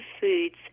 foods